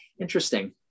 Interesting